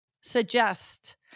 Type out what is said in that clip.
suggest